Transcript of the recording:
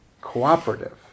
cooperative